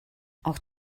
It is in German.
auch